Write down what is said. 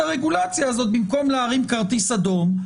הרגולציה הזאת במקום להרים כרטיס אדום,